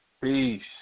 Peace